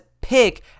pick